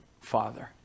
Father